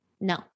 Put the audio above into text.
No